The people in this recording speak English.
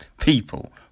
people